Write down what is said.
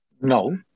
No